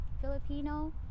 filipino